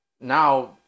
Now